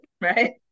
right